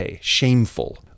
shameful